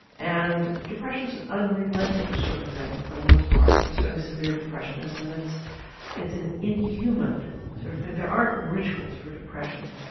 and depression is an unrelenting sort of thing for the most part, certainly severe depression is, and it's it's an inhuman sort of thing, there aren't rituals for depression,